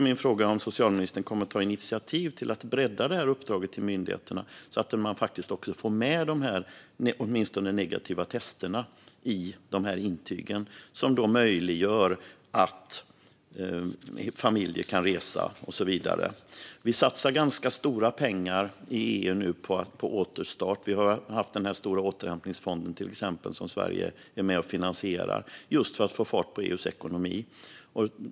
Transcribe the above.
Kommer socialministern att ta initiativ till att bredda uppdraget till myndigheterna, så att man också får med åtminstone de negativa testerna i intygen, vilket möjliggör att familjer kan resa och så vidare? Vi satsar i EU ganska stora pengar på återstart. Vi har till exempel haft den stora återhämtningsfonden som Sverige är med och finansierar just för att få fart på EU:s ekonomi.